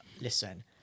listen